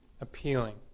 appealing